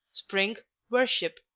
spring worship,